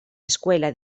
escuela